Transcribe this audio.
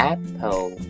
Apple